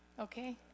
okay